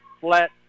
flat